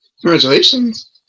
Congratulations